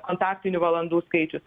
kontaktinių valandų skaičius